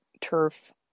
turf